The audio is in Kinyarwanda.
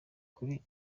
kuri